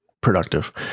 productive